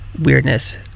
weirdness